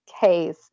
case